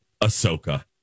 Ahsoka